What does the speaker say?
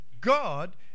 God